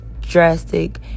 drastic